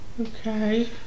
Okay